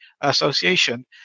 association